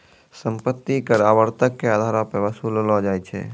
सम्पति कर आवर्तक के अधारो पे वसूललो जाय छै